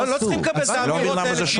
לא צריך לקבל את האמירות האלה,